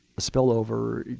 spill over,